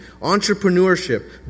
entrepreneurship